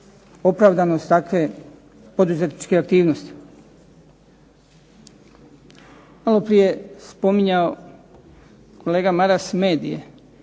opravdanost takve poduzetničke aktivnosti. Maloprije je spominjao kolega Maras medije.